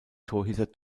torhüter